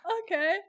Okay